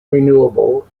renewable